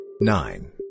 Nine